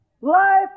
life